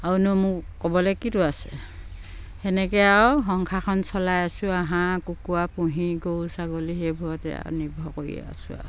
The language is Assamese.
আৰুনো মোৰ ক'বলে কিতো আছে সেনেকে আৰু সংসাৰখন চলাই আছোঁ আৰু কুকুৰা পুহি গৰু ছাগলী সেইবোৰতে আৰু নিৰ্ভৰ কৰি আছোঁ আৰু